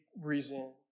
reason